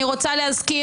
אני רוצה להזכיר